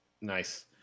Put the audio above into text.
Nice